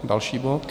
Další bod.